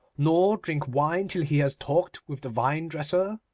nor drink wine till he has talked with the vinedresser